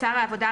שר העבודה,